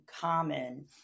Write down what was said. common